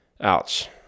Ouch